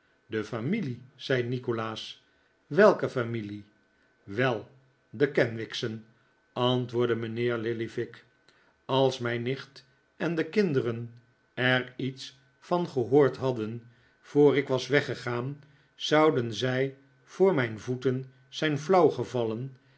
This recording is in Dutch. de familie zei nikolaas welke familie wel de kenwigs'en antwoordde mijnheer lillyvick als mijn nicht en de kinnikola as nickleby deren er iets van gehoord hadden voor ik was weggegaan zouden zij voor mijn voeten zijn